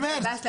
במרץ.